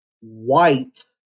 White